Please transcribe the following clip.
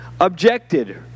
objected